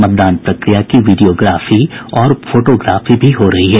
मतदान प्रक्रिया की वीडियोग्राफी और फोटोग्राफी भी हो रही है